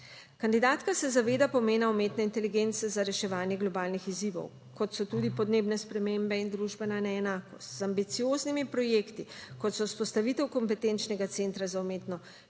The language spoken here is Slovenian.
Kandidatka se zaveda pomena umetne inteligence za reševanje globalnih izzivov, kot so tudi podnebne spremembe in družbena neenakost, z ambicioznimi projekti, kot so vzpostavitev kompetenčnega centra za umetno